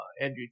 Andrew